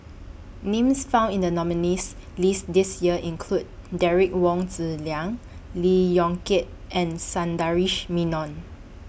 Names found in The nominees' list This Year include Derek Wong Zi Liang Lee Yong Kiat and Sundaresh Menon